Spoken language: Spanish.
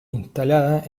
instalada